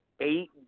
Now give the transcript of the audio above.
eight